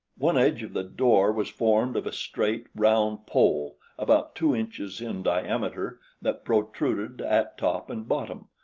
one edge of the door was formed of a straight, round pole about two inches in diameter that protruded at top and bottom,